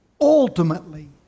Ultimately